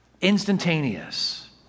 instantaneous